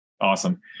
awesome